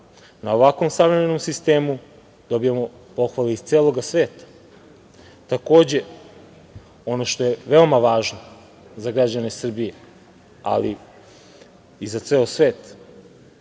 Na ovakvom savremenom sistemu dobijamo pohvale iz celog sveta. Takođe, ono što je veoma važno za građane Srbije, ali i za ceo svet,